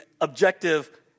objective